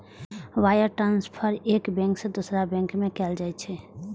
wire transfer एक bank सं दोसर बैंक में कैल जाइ छै